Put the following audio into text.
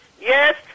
Yes